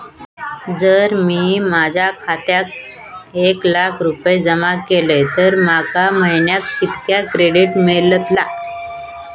जर मी माझ्या खात्यात एक लाख रुपये जमा केलय तर माका महिन्याक कितक्या क्रेडिट मेलतला?